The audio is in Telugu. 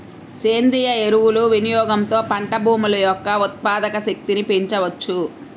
సేంద్రీయ ఎరువుల వినియోగంతో పంట భూముల యొక్క ఉత్పాదక శక్తిని పెంచవచ్చు